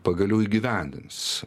pagaliau įgyvendins